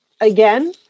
again